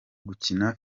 gukina